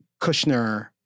Kushner